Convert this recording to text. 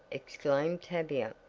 exclaimed tavia,